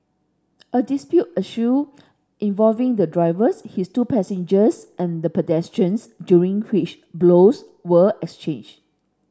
a dispute ensued involving the drivers his two passengers and the pedestrians during which blows were exchanged